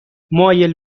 مایل